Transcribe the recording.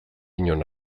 inon